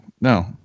No